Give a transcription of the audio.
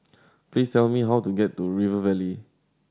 please tell me how to get to River Valley